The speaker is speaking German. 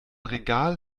regal